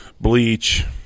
bleach